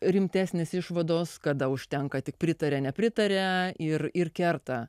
rimtesnės išvados kada užtenka tik pritaria nepritaria ir ir kerta